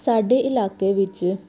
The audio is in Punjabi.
ਸਾਡੇ ਇਲਾਕੇ ਵਿੱਚ